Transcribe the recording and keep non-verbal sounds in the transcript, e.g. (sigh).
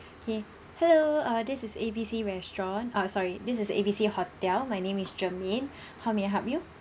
K hello err this is A B C restaurant ah sorry this is A B C hotel my name is germaine (breath) how may I help you